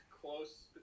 close